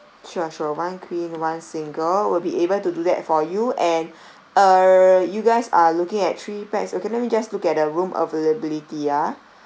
sure sure one queen one single will be able to do that for you and err you guys are looking at three pax okay let me just look at the room availability ah